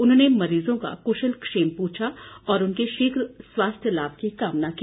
उन्होंने मरीजों का कुशल क्षेम पूछा और उनके शीघ्र स्वास्थ्य लाभ की कामना की